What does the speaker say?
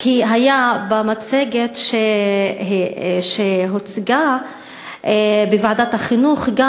כי הייתה במצגת שהוצגה בוועדת החינוך גם